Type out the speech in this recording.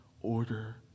order